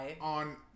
On